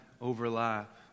overlap